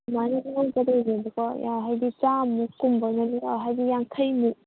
ꯍꯥꯏꯗꯤ ꯆꯥꯝꯃꯨꯛꯀꯨꯝꯕ ꯍꯥꯏꯗꯤ ꯌꯥꯡꯈꯩ ꯃꯨꯛ